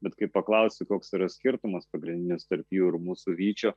bet kai paklausi koks yra skirtumas pagrindinis tarp jų ir mūsų vyčio